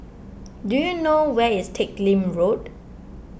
do you know where is Teck Lim Road